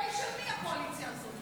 הקואליציה הזאת.